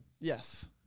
Yes